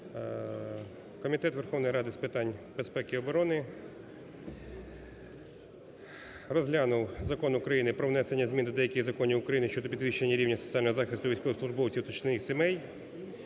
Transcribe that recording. Комітету Верховної Ради з питань безпеки і оборони розглянув Закон України "Про внесення змін до деяких законів України щодо підвищення рівня соціального захисту військовослужбовців та членів їх сімей",